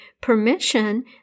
permission